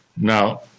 Now